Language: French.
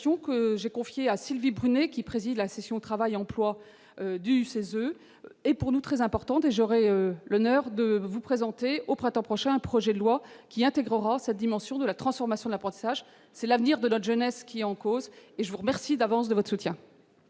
que j'ai confiée à Sylvie Brunet, qui préside la session, travail, emploi du 16 et pour nous très important et j'aurai le nerf de vous présenter au printemps prochain un projet de loi qui intégrera cette dimension de la transformation de l'apprentissage, c'est l'avenir de la jeunesse qui est en cause et je vous remercie d'avance de votre soutien.